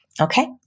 Okay